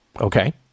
Okay